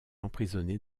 emprisonné